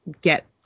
get